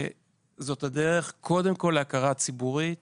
זאת הדרך קודם כל להכרה ציבורית